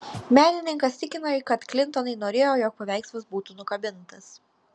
menininkas tikina kad klintonai norėjo jog paveikslas būtų nukabintas